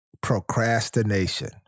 procrastination